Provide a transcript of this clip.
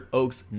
oak's